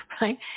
right